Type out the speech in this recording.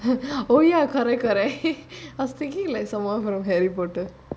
oh ya correct correct I was thinking like someone from harry potter